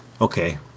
Okay